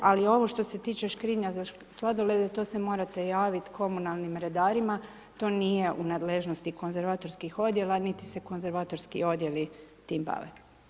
Ali ovo što se tiče škrinja za sladolede, to se morate javit komunalnim redarima, to nije u nadležnosti konzervatorskih odjela, niti se konzervatorski odjeli tim bave.